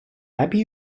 läbi